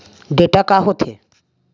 Data का होथे?